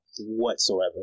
whatsoever